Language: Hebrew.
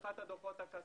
ניתחה את הדוחות הכספיים,